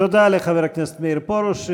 תודה לחבר הכנסת מאיר פרוש.